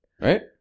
Right